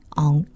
on